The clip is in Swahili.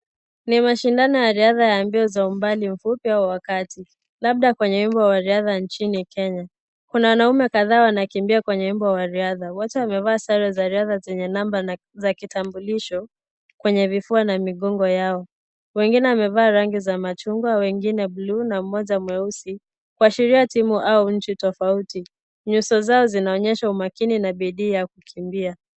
Ni mashindano ya riadha za mbio za mbali mfupi au wa kati labda kwenye umbo wa riadha nchini Kenya. Kuna wanaume kadhaa wanakimbia kwenye umbo wa riadha. Wote wamevaa sare za riadha zenye namba za vitambulisho kwenye vifua na migongo yao. Wengine wamevaa rangi za machungwa, wengine buluu na mmoja mweusi kuashira timu au nchi tofauti. Nyuso zao zinaonyesha umakini na bidii ya kukimbia.